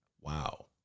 Wow